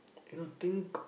you know think